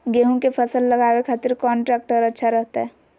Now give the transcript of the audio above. गेहूं के फसल लगावे खातिर कौन ट्रेक्टर अच्छा रहतय?